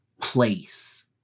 place